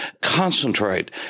concentrate